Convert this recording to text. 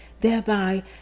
thereby